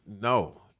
no